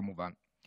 כמובן.